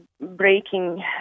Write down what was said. breaking